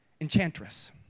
enchantress